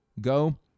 go